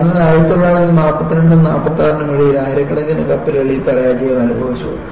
അതിനാൽ 1942 നും 46 നും ഇടയിൽ ആയിരക്കണക്കിന് കപ്പലുകൾ ഈ പരാജയം അനുഭവിച്ചു